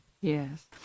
Yes